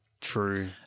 true